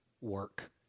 work